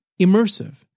Immersive